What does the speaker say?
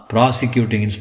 Prosecuting